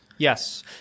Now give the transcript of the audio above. Yes